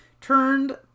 turned